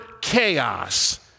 chaos